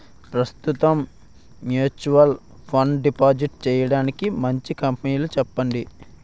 ప్రస్తుతం mutual fund deposit చేయడానికి మంచి కంపెనీలు చెప్పండి